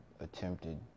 attempted